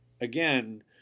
again